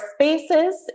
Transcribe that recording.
spaces